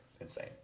insane